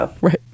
Right